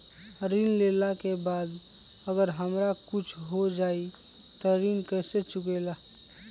ऋण लेला के बाद अगर हमरा कुछ हो जाइ त ऋण कैसे चुकेला?